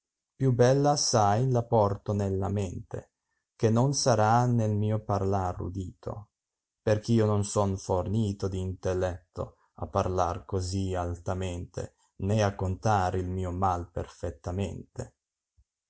più bella assai la porto nella mente che non sarà nel mio parlar udito perch io non ion fornito d intelletto a parlar cosi altamente né a contar il mio mal perfettamente